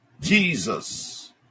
jesus